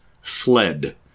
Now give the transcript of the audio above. fled